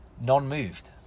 non-moved